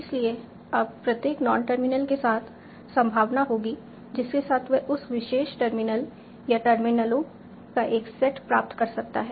इसलिए अब प्रत्येक नॉन टर्मिनल के साथ संभावना होगी जिसके साथ वह उस विशेष टर्मिनल या टर्मिनलों का एक सेट प्राप्त कर सकता है